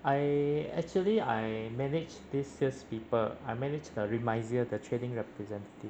I actually I manage this sales people I manage the remisier the trading representative